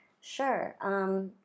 Sure